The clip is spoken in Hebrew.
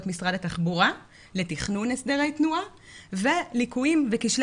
משרד התחבורה לתכנון הסדרי תנועה וליקויים וכשלי